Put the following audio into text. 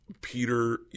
Peter